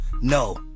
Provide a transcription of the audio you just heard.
no